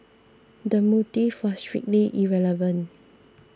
the motive was strictly irrelevant